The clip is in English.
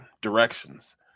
directions